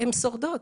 הן שורדות.